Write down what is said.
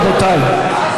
רבותיי,